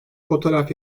fotoğraf